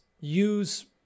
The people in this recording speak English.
use